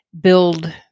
build